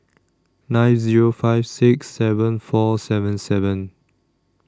nine Zero five six seven four seven seven